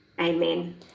Amen